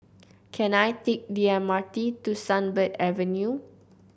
can I take the M R T to Sunbird Avenue